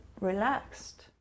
relaxed